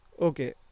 Okay